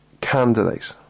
candidate